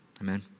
amen